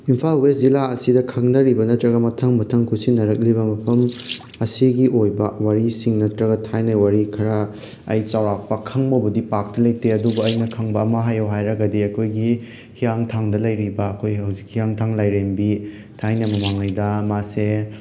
Imphal west ꯖꯤꯂꯥ ꯑꯁꯤꯗ ꯈꯪꯅꯔꯤꯕ ꯅꯠꯇ꯭ꯔꯒ ꯃꯊꯪ ꯃꯊꯪ ꯈꯨꯠꯁꯤꯟꯅꯔꯛꯂꯤꯕ ꯃꯐꯝ ꯑꯁꯤꯒꯤ ꯑꯣꯏꯕ ꯋꯥꯔꯤꯁꯤꯡ ꯅꯠꯇ꯭ꯔꯒ ꯊꯥꯏꯅꯒꯤ ꯋꯥꯔꯤ ꯈꯔ ꯑꯩ ꯆꯥꯎꯔꯥꯛꯄ ꯈꯪꯕꯕꯨꯗꯤ ꯄꯥꯛꯇꯤ ꯂꯩꯇꯦ ꯑꯗꯨꯕꯨ ꯑꯩꯅ ꯈꯪꯕ ꯑꯃ ꯍꯥꯏꯌꯣ ꯍꯥꯏꯔꯒꯗꯤ ꯑꯩꯈꯣꯏꯒꯤ ꯍꯤꯌꯥꯡꯊꯥꯡꯗ ꯂꯩꯔꯤꯕ ꯑꯩꯈꯣꯏ ꯍꯧꯖꯤꯛ ꯍꯤꯌꯥꯡꯊꯥꯡ ꯂꯥꯏꯔꯦꯝꯕꯤ ꯊꯥꯏꯅ ꯃꯃꯥꯡꯉꯩꯗ ꯃꯥꯁꯦ